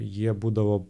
jie būdavo